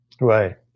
right